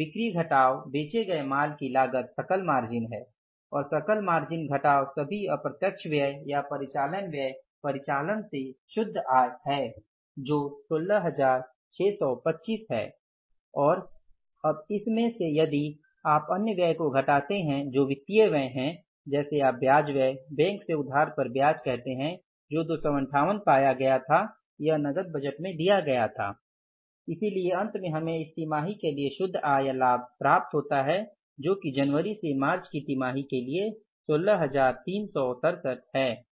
बिक्री घटाव बेचे गए माल की लागत सकल मार्जिन है और सकल मार्जिन घटाव सभी अप्रत्यक्ष व्यय या परिचालन व्यय परिचालन से शुद्ध आय है जो 16625 है और अब इसमें से यदि आप अन्य व्यय को घटाते हैं जो वित्तीय व्यय है जिसे आप ब्याज व्यय बैंक से उधार पर ब्याज कहते है जो २५८ पाया गया था यह नकद बजट में दिया गया था इसलिए अंत में हमें इस तिमाही के लिए शुद्ध आय या लाभ प्राप्त होता है जो कि जनवरी से मार्च की तिमाही के लिए 16367 है